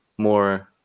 more